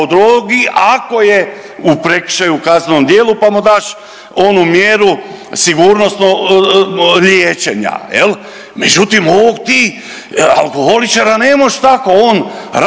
drogi ako je u prekršaju, u kaznenom djelu pa mu daš onu mjeru sigurnosnu liječenja. Međutim, ovog ti alkoholičara ne možeš tako, on radi,